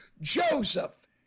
Joseph